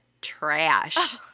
trash